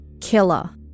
killer